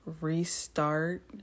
restart